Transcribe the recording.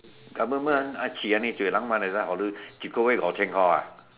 government hokkien